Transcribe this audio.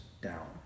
down